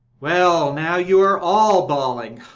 well, now you are all bawling.